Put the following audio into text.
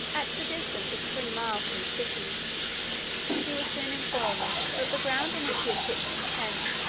at the distance of three miles from the city and he was soon informed, that the ground on which he had pitched his tent,